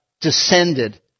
descended